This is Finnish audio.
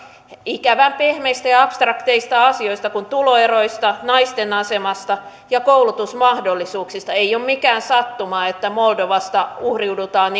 ikävän pehmeistä ja abstrakteista asioista kuin tuloeroista naisten asemasta ja koulutusmahdollisuuksista ei ole mikään sattuma että moldovasta uhriudutaan